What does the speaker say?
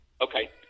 okay